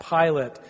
Pilate